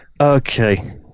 Okay